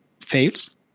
fails